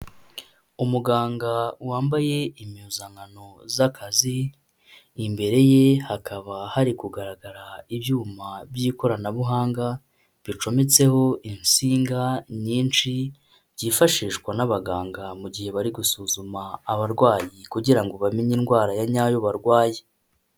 Umuganga wambaye impuzankano z'akazi, imbere ye hakaba hari kugaragara ibyuma by'ikoranabuhanga bicometseho insinga nyinshi, byifashishwa n'abaganga mu gihe bari gusuzuma abarwayi, kugira ngo bamenye indwara ya nyayo barwaye.